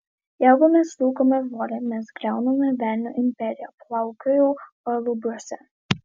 jeigu mes rūkome žolę mes griauname velnio imperiją plaukiojau palubiuose